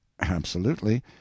Absolutely